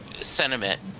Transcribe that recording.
sentiment